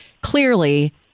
clearly